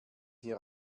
hier